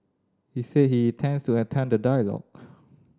he said he intends to attend the dialogue